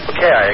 Okay